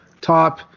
top